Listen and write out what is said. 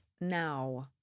now